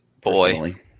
Boy